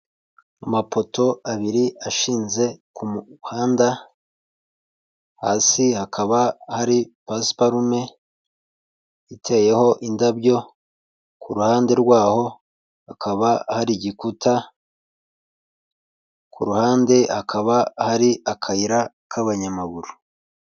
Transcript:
Amapoto abiri ashinze ku muhanda, hasi hakaba hari pasiparume iteyeho indabyo ku ruhande rwaho hakaba hari igikuta, ku ruhande hakaba hari akayira k'abanyamaguru.